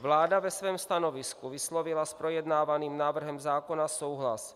Vláda ve svém stanovisku vyslovila s projednávaným návrhem zákona souhlas.